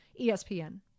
ESPN